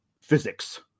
physics